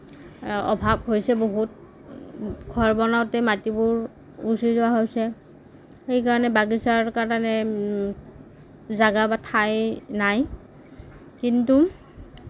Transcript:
অভাৱ হৈছে বহুত ঘৰ বনাওঁতে মাটিবোৰ গুচি যোৱা হৈছে সেইকাৰণে বাগিছাৰ কাৰণে জাগা বা ঠাই নাই কিন্তু